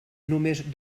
només